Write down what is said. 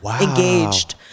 engaged